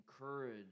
encourage